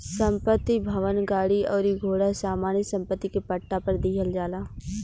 संपत्ति, भवन, गाड़ी अउरी घोड़ा सामान्य सम्पत्ति के पट्टा पर दीहल जाला